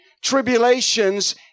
tribulations